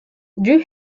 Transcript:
drew